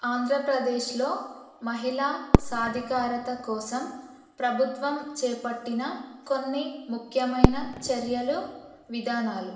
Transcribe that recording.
ఆంధ్రప్రదేశ్లో మహిళా సాధికారత కోసం ప్రభుత్వం చేపట్టిన కొన్ని ముఖ్యమైన చర్యలు విధానాలు